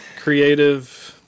creative